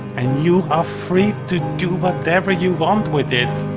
and you are free to do whatever you want with it.